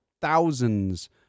thousands